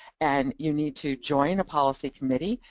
and you need to join a policy committee,